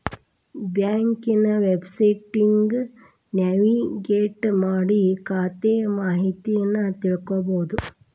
ಬ್ಯಾಂಕ್ನ ವೆಬ್ಸೈಟ್ಗಿ ನ್ಯಾವಿಗೇಟ್ ಮಾಡಿ ಖಾತೆ ಮಾಹಿತಿನಾ ತಿಳ್ಕೋಬೋದು